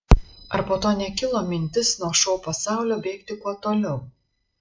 ar po to nekilo mintis nuo šou pasaulio bėgti kuo toliau